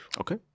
Okay